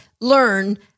learn